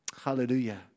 Hallelujah